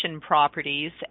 properties